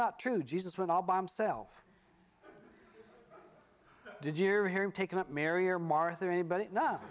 not true jesus went all by himself did you hear him taken up mary or martha or anybody kno